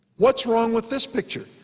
what's wrong with this picture?